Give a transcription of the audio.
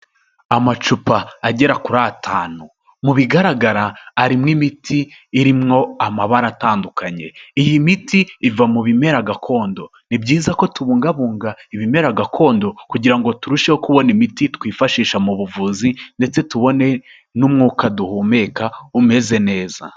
Amacupa agera kuri atanu, mu bigaragara harimo imiti irimo amabara atandukanye. Iyi miti iva mu bimera gakondo, ni byiza ko tubungabunga ibimera gakondo kugira ngo turusheho kubona imiti twifashisha mu buvuzi ndetse tubone n'umwuka duhumeka umeze neza.